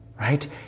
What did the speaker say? right